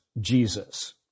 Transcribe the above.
Jesus